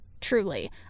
truly